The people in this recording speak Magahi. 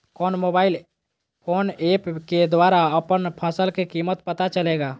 कौन मोबाइल फोन ऐप के द्वारा अपन फसल के कीमत पता चलेगा?